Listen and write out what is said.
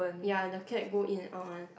ya the cat go in and out one